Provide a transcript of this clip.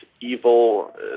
evil